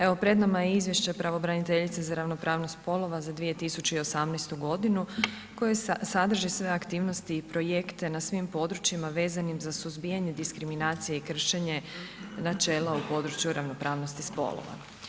Evo pred nama je Izvješće pravobraniteljice za ravnopravnost spolova za 2018. godinu koje sadrži sve aktivnosti i projekte na svim područjima vezanim za suzbijanje, diskriminaciju i kršenje načela u području ravnopravnosti spolova.